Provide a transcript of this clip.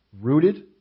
Rooted